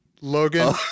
Logan